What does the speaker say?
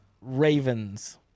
Ravens